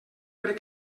crec